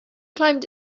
climbed